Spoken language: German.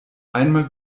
einmal